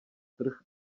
trh